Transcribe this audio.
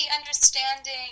understanding